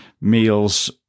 meals